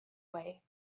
way